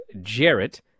Jarrett